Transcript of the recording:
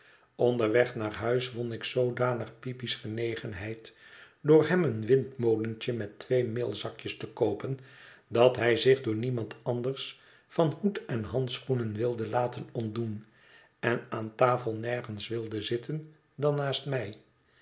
onderweg naar huis won ik zoodanig peepy's genegenheid door hem een windmolentje met twee meelzakjes te koopen dat hij zich door niemand anders van hoed en handschoenen wilde laten ontdoen en aan tafel nergens wilde zitten dan naast mij